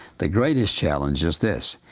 the greatest challenge is this.